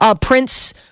Prince